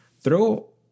throw